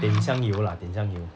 点香油 lah 点香油